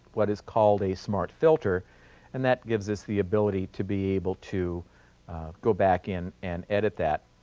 what is called a smart filter and that gives us the ability to be able to go back in and edit that